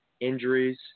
injuries